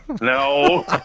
No